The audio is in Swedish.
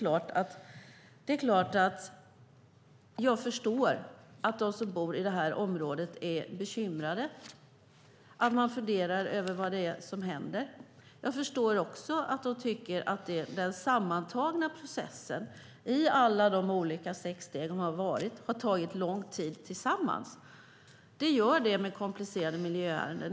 Jag förstår att de som bor i området är bekymrade och funderar över vad som händer. Jag förstår också att de tycker att den sammantagna processen i alla de olika sex stegen har tagit lång tid. Det är så med komplicerade miljöärenden.